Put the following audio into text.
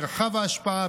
מרחב ההשפעה,